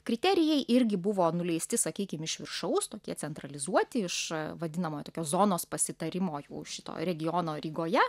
kriterijai irgi buvo nuleisti sakykim iš viršaus tokie centralizuoti iš vadinamojo tokios zonos pasitarimo jau šito regiono rygoje